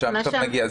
אנחנו בסוף נגיע.